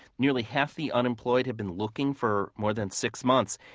nearly half the unemployed have been looking for more than six months.